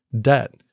debt